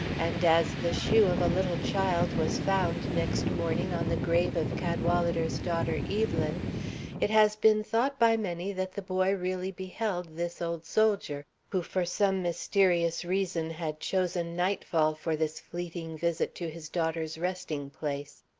and as the shoe of a little child was found next morning on the grave of cadwalader's daughter, evelyn, it has been thought by many that the boy really beheld this old soldier, who for some mysterious reason had chosen nightfall for this fleeting visit to his daughter's resting-place.